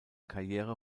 karriere